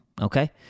Okay